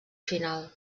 final